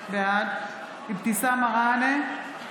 בעד אבתיסאם מראענה,